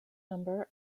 number